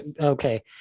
Okay